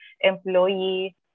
employee